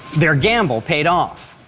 their gamble paid off.